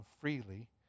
freely